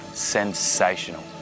Sensational